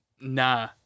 Nah